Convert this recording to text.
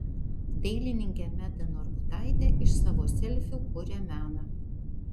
dailininkė meda norbutaitė iš savo selfių kuria meną